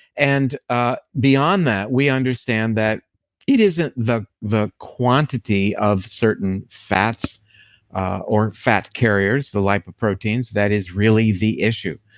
and ah beyond that we understand that it isn't the the quantity of certain fats or fat carriers, the lipoproteins that is really the issue